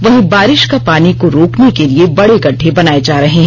वहीं बारिष का पानी को रोकने के लिए बड़े गड़ढ़े बनाये जा रहे हैं